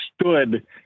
stood